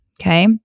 Okay